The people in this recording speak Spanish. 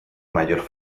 mayor